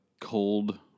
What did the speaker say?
cold